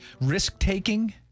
Risk-taking